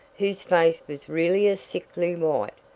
whose face was really a sickly white.